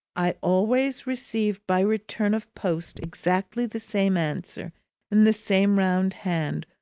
i always received by return of post exactly the same answer in the same round hand,